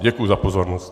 Děkuji za pozornost.